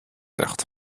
nicht